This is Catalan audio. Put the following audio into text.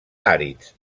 àrids